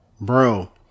bro